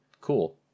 cool